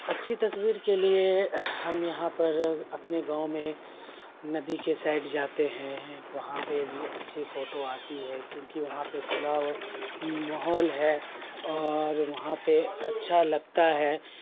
اچھی تصویر کے لیے ہم یہاں پر اپنے گاؤں میں ندی کے سائڈ جاتے ہیں وہاں پہ بھی اچھی فوٹو آتی ہے کیونکہ وہاں پہ کھلا ماحول ہے اور وہاں پہ اچھا لگتا ہے